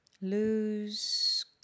Lose